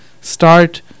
start